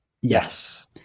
Yes